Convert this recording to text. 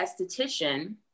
esthetician